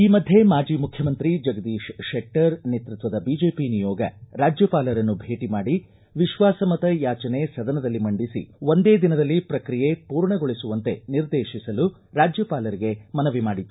ಈ ಮಧ್ಯೆ ಮಾಜಿ ಮುಖ್ಯಮಂತ್ರಿ ಜಗದೀಶ್ ಶೆಟ್ಟರ್ ನೇತೃತ್ವದ ಬಿಜೆಪಿ ನಿಯೋಗ ರಾಜ್ಯಪಾಲರನ್ನು ಭೇಟ ಮಾಡಿ ವಿಶ್ವಾಸ ಮತ ಯಾಚನೆ ಸದನದಲ್ಲಿ ಮಂಡಿಸಿ ಒಂದೇ ದಿನದಲ್ಲಿ ಪ್ರಕ್ರಿಯೆ ಪೂರ್ಣಗೊಳಿಸುವಂತೆ ನಿರ್ದೇತಿಸಲು ರಾಜ್ಯಪಾಲರಿಗೆ ಮನವಿ ಮಾಡಿದರು